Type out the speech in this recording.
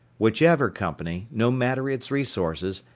whichever company, no matter its resources,